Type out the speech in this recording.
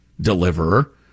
deliverer